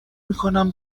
میکنم